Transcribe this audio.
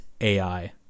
ai